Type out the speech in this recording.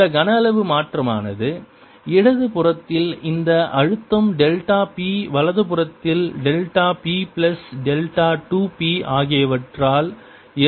இந்த கன அளவு மாற்றமானது இடது புறத்தில் இந்த அழுத்தம் டெல்டா p வலது புறத்தில் delta p plus delta 2 p ஆகியவற்றால் ஏற்படுகிறது